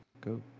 Go